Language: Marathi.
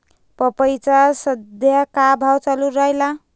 पपईचा सद्या का भाव चालून रायला?